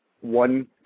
one